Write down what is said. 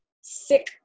sick